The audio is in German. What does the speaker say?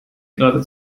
gerade